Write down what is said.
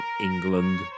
England